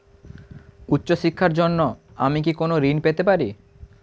উচ্চশিক্ষার জন্য আমি কি কোনো ঋণ পেতে পারি?